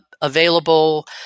available